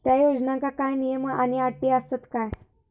त्या योजनांका काय नियम आणि अटी आसत काय?